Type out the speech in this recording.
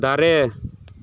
ᱫᱟᱨᱮ